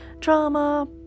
drama